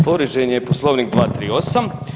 Povrijeđen je Poslovnik 238.